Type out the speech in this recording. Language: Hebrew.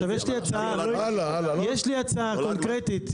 יש לי הצעה קונקרטית.